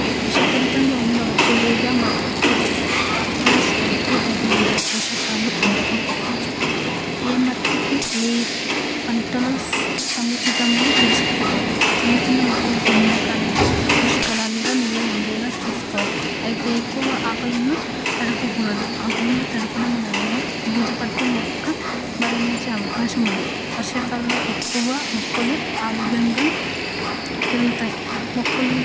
విషపూరితంగా ఉండవచ్చు లేదా మట్టిలో ఫాస్పరస్ వంటివి తగినంత పోషకాలు ఉండకపోవచ్చు ఏ మట్టికి ఏ పంటను సముచితము తెలుసుకోవాలి చిన్నచిన్న మొక్కలకు ఎండాకాలంలో పుష్కలంగా నీళ్లు ఉండేలా చూసుకోవాలి అయితే ఎక్కువ ఆకులను తడపకూడదు ఆకులను తడపడం వల్ల బూజు పట్టి మొక్క మరణించే అవకాశం ఉంది వర్షాకాలంలో ఎక్కువ మొక్కలు ఆరోగ్యంగా పెరుగుతాయి మొక్కలు